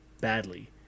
badly